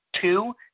Two